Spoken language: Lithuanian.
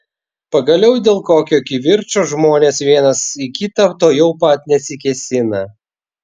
pagaliau dėl kokio kivirčo žmonės vienas į kitą tuojau pat nesikėsina